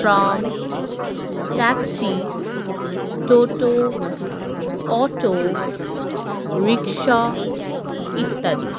tram taxi টোটো auto rickshaw ইত্যাদি